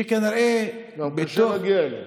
שכנראה, גם קשה להגיע אליו.